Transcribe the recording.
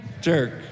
jerk